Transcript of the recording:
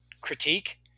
critique